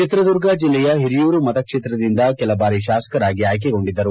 ಚಿತ್ರದುರ್ಗ ಜಿಲ್ಲೆಯ ಒರಿಯೂರು ಮತ ಕ್ಷೇತ್ರದಿಂದ ಕೆಲ ಬಾರಿ ಶಾಸಕರಾಗಿ ಆಯ್ಕೆಗೊಂಡಿದ್ದರು